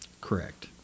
Correct